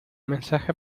mensaje